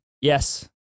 Yes